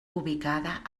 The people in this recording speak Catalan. ubicada